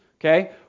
okay